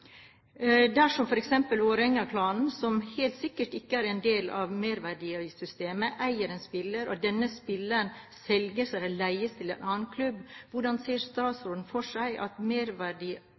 Dersom f.eks. vålerengaklanen – som helt sikkert ikke er en del av merverdiavgiftssystemet – eier en spiller, og denne spilleren selges eller leies til en annen klubb, hvordan ser statsråden for seg at